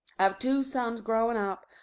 i've two sons growing up,